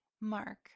Mark